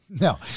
No